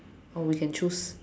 or we can choose